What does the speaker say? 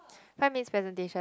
five minutes presentation